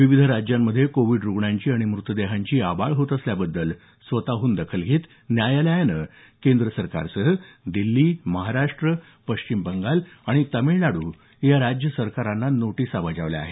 विविध राज्यांमधे कोविड रुग्णांची आणि मृतदेहांची आबाळ होत असल्याबद्दल स्वतःहून दखल घेत न्यायालयानं केंद्रासह दिल्ली महाराष्ट्र पश्चिम बंगाल आणि तमिळनाडू या राज्य सरकारांना नोटिसा बजावल्या आहेत